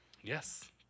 Yes